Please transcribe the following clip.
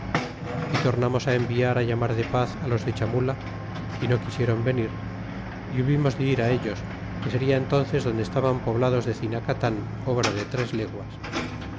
y tornamos enviará llamar de paz á los de chamala ó no quisieron venir y hubimos de irá elle que seria entónces donde estaban poblados de cinacatan obra de tres leguas